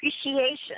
appreciation